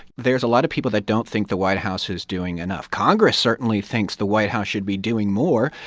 there's a lot of people that don't think the white house is doing enough. congress certainly thinks the white house should be doing more.